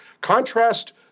Contrast